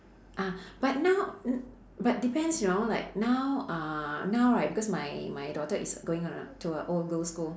uh but now n~ but depends you know like now uh now right because my my daughter is going on a to a all girls' school